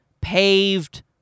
paved